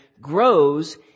grows